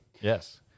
yes